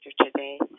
today